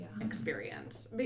experience